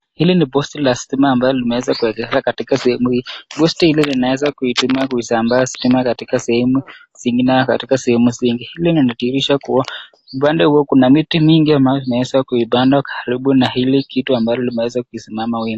Hili ni posti la stima ambayo imeweza kuwekeja katika sehemu hii. Posti hili linaweza kutumia kusambaa stima katika zingine katika sehemu zingi. Inadhihirisha kuwa upande huo kuna miti mingi ambayo zinaweza kupandwa karibu na hili kitu ambalo limeweza kuisimama wima.